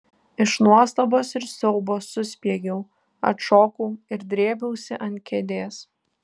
iš nuostabos ir siaubo suspiegiau atšokau ir drėbiausi ant kėdės